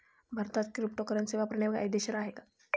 भारतात क्रिप्टोकरन्सी वापरणे कायदेशीर आहे का?